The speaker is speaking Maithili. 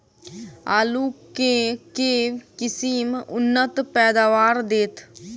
आलु केँ के किसिम उन्नत पैदावार देत?